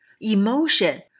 emotion